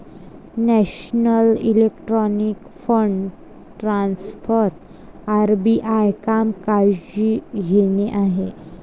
national electronic fund transfer RBI काम काळजी घेणे आहे